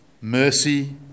mercy